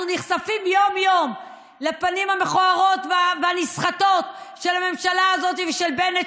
אנחנו נחשפים יום-יום לפנים המכוערות והנסחטות של הממשלה הזאת ושל בנט,